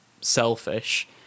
selfish